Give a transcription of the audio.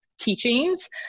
teachings